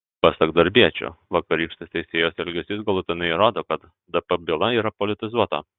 pasak darbiečių vakarykštis teisėjos elgesys galutinai įrodo kad dp byla yra politizuota